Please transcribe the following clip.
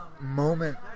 moment